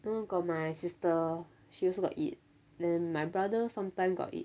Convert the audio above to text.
no got my sister she also got eat then my brother sometime got eat